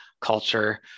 culture